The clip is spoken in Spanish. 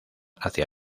hacia